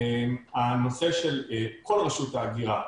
הנושא של כל ראשות ההגירה,